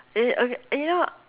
eh okay eh you know what